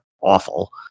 awful